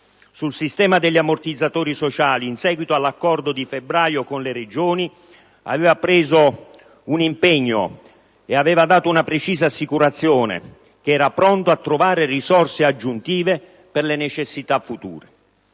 sul sistema degli ammortizzatori sociali, in seguito all'accordo del febbraio scorso con le Regioni, aveva assunto un impegno e aveva fornito precisa assicurazione che sarebbe stato pronto a trovare risorse aggiuntive per le necessità future.